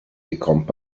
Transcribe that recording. bekommt